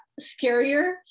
scarier